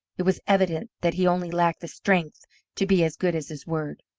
it was evident that he only lacked the strength to be as good as his word.